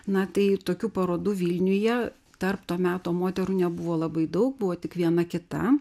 na tai tokių parodų vilniuje tarp to meto moterų nebuvo labai daug buvo tik viena kita